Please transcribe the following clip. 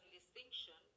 distinction